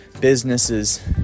businesses